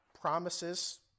promises